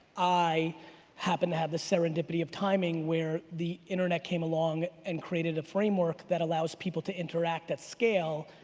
i happen to have the serendipity of timing where the internet came along and created a framework that allows people to interact at scale.